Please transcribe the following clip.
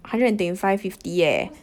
hundred and twenty-five fifty eh